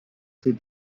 ces